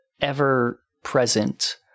ever-present